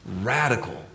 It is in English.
radical